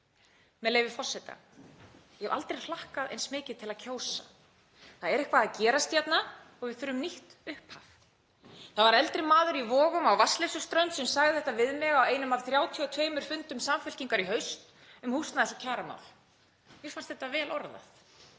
Með leyfi forseta: Ég hef aldrei hlakkað eins mikið til að kjósa. Það er eitthvað að gerast hérna og við þurfum nýtt upphaf. Það var eldri maður í Vogum á Vatnsleysuströnd sem sagði þetta við mig á einum af 32 fundum Samfylkingarinnar í haust um húsnæðis- og kjaramál. Mér fannst þetta vel orðað.